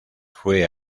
fue